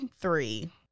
three